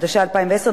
התש"ע 2010,